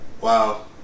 Wow